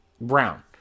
Brown